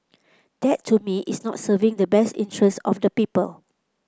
that to me is not serving the best interests of the people